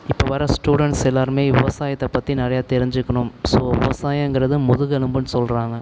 இப்போ வர ஸ்டுடெண்ட்ஸ் எல்லோருமே விவசாயத்தை பற்றி நிறைய தெரிஞ்சுக்கணும் ஸோ விவசாயங்கிறது முதுகெலும்புன்னு சொல்கிறாங்க